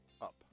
Up